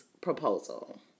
proposal